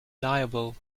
liable